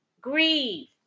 grieve